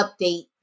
update